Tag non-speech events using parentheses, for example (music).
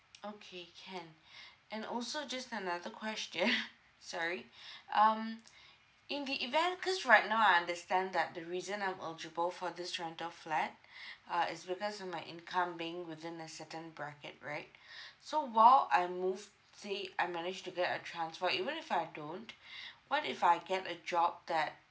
okay can and also just another question (laughs) sorry um in the event cause right now I understand that the reason I'm eligible for this rental flat uh is because of my income being within a certain bracket right so while I move say I managed to get a transfer even if I don't what if I get a job that